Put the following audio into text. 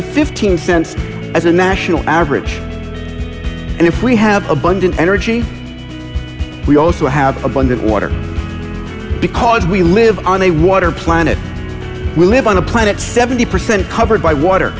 to fifteen cents as a national average and if we have abundant energy we also have abundant water because we live on a water planet we live on a planet seventy percent covered by water